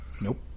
Nope